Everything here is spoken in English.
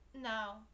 no